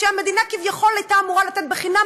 שהמדינה כביכול הייתה אמורה לתת חינם,